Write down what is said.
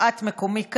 מפאת מקומי כאן.